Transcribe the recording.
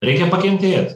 reikia pakentėt